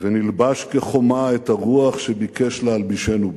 ונלבש כחומה את הרוח שביקש להלבישנו בה.